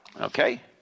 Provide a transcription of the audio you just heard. Okay